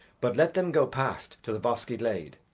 but let them go past to the bosky glade.